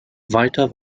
weiter